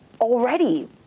already